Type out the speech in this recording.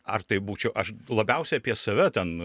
ar tai būčiau aš labiausiai apie save ten